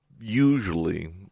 usually